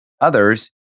others